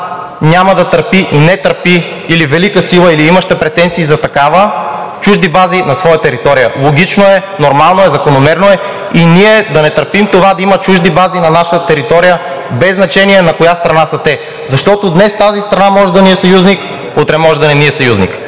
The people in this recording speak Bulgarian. няма да търпи и не търпи, или велика сила, или имаща претенции за такава, чужди бази на своя територия. Логично е, нормално е, закономерно е и ние да не търпим това да има чужди бази на наша територия без значение на коя страна са те. Защото днес тази страна може да ни е съюзник, утре може да не ни е съюзник.